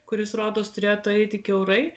kuris rodos turėtų eiti kiaurai